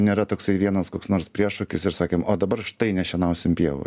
nėra toksai vienas koks nors priešokis ir sakėm o dabar štai nešienausim pievų